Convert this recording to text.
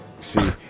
See